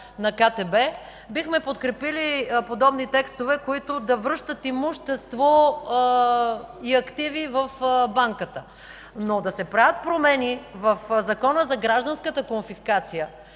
на КТБ бихме подкрепили подобни текстове, които да връщат имущество и активи в Банката. Но да се правят промени в Закона за гражданската конфискация